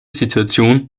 situation